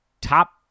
top